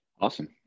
Awesome